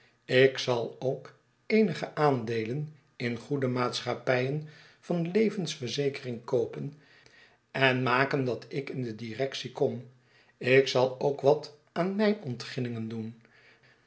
ik zal ook eenige aandeelen in goede maatschappijen van levensverzekering koopen en maken dat ik in de directie kom ik zal ook wat aan mijnontginningen doen